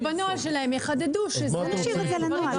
שבנוהל שלהם יחדדו שזה לדברים שמיועדים לקהל יעד.